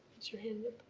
is your hand up?